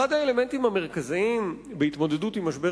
אחד האלמנטים המרכזיים בהתמודדות עם משבר